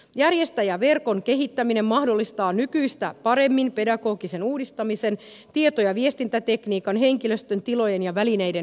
järjestäjäverkon kehittäminen mahdollistaa nykyistä paremmin pedagogisen uudistamisen sekä tieto ja viestintätekniikan henkilöstön tilojen ja välineiden hyödyntämisen